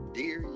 dear